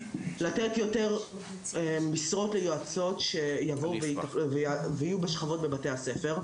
לתת יותר משרות ליועצות שיבואו ויהיו בשכבות בבתי הספר,